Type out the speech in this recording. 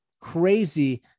crazy